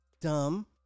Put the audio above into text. dumb